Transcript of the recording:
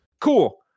cool